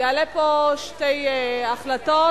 יעלה פה שתי החלטות.